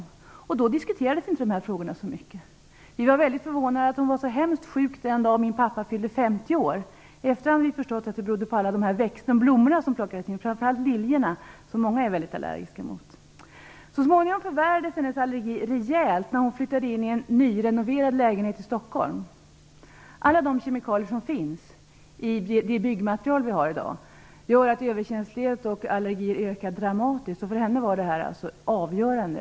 På den tiden diskuterades inte de här frågorna så mycket. Vi blev mycket förvånade över att min syster blev så hemskt sjuk den dag pappa fyllde 50 år. Efteråt har vi förstått att det berodde på alla de växter och blommor som plockades in. Det gällde framför allt liljorna, som många är väldigt allergiska mot. Så småningom när hon flyttade in i en nyrenoverad lägenhet i Stockholm förvärrades hennes allergi rejält. Alla de kemikalier som finns i dagens byggmaterial gör att överkänslighet och allergier ökar dramatiskt. För henne blev det här avgörande.